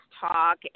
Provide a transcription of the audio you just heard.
talk